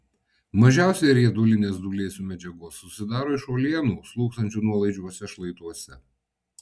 mažiausiai riedulinės dūlėsių medžiagos susidaro iš uolienų slūgsančių nuolaidžiuose šlaituose